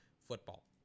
football